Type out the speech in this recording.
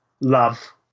love